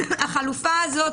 החלופה הזאת